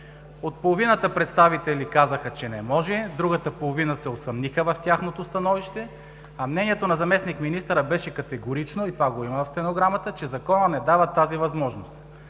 Половината представители казаха, че не може, другата половина се усъмниха в тяхното становище, а мнението на заместник-министъра беше категорично и това го има в стенограмата, че: „Законът не дава тази възможност“.